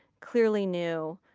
clearly new,